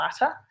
matter